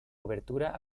obertura